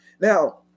Now